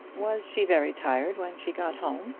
was she very tired when she got home?